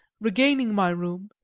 regaining my room,